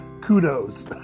kudos